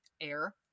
Air